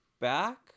back